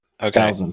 Okay